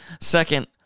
second